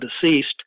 deceased